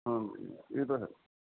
ਹਾਂ ਇਹ ਤਾਂ ਹੈ